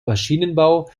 maschinenbau